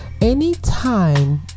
Anytime